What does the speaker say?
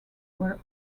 were